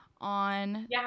on